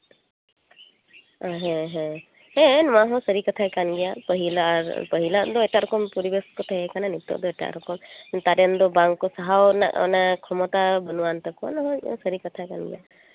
ᱦᱮᱸ ᱦᱮᱸ ᱦᱮᱸ ᱦᱮᱸ ᱱᱚᱣᱟ ᱦᱚᱸ ᱥᱟᱹᱨᱤ ᱠᱟᱛᱷᱟ ᱠᱟᱱ ᱜᱮᱭᱟ ᱯᱟᱹᱦᱤᱞᱟᱜ ᱟᱨ ᱯᱟᱹᱦᱤᱞᱟᱜ ᱫᱚ ᱮᱴᱟᱜ ᱨᱚᱠᱚᱢ ᱯᱚᱨᱤᱵᱮᱥ ᱠᱚ ᱛᱟᱦᱮᱸ ᱠᱟᱱᱟ ᱱᱤᱛᱚᱜ ᱫᱚ ᱮᱴᱟᱜ ᱨᱚᱠᱚᱢ ᱱᱮᱛᱟᱨ ᱨᱮᱱ ᱫᱚ ᱵᱟᱝᱠᱚ ᱥᱟᱦᱟᱣ ᱨᱮᱱᱟᱜ ᱚᱱᱟ ᱠᱷᱚᱢᱚᱛᱟ ᱵᱟᱹᱱᱩᱜᱼᱟᱱ ᱛᱟᱠᱚᱣᱟ ᱱᱚᱣᱟ ᱦᱚᱸ ᱥᱟᱹᱨᱤ ᱠᱟᱛᱷᱟ ᱠᱟᱱ ᱜᱮᱭᱟ